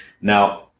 Now